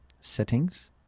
settings